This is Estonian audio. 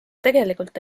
tegelikult